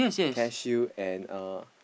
care shield and uh